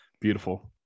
Beautiful